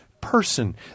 person